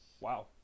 Wow